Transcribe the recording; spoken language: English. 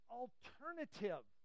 alternative